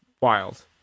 wild